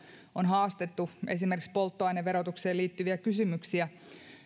on haastettu esimerkiksi polttoaineverotukseen liittyviä kysymyksiä niin